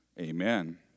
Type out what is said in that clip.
Amen